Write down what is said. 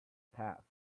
path